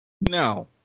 Now